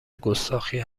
گستاخی